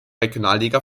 regionalliga